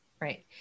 Right